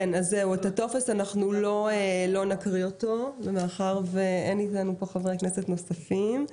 את הטופס לא נקריא כי אין איתנו פה חברי כנסת נוספים.